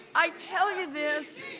i tell you this